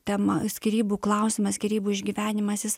tema skyrybų klausimas skyrybų išgyvenimas jis